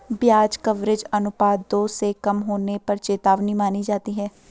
ब्याज कवरेज अनुपात दो से कम होने पर चेतावनी मानी जाती है